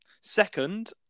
Second